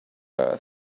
earth